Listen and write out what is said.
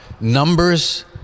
numbers